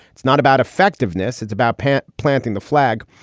it's not about effectiveness. it's about plant planting the flag.